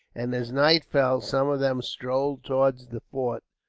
and as night fell, some of them strolled towards the fort.